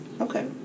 Okay